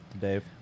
Dave